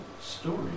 story